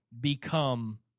become